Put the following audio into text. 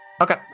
Okay